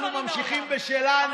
אנחנו ממשיכים בשלנו.